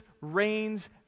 reigns